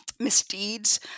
misdeeds